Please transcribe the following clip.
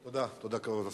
תודה, תודה, כבוד השר.